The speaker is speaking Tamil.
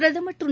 பிரதமர் திரு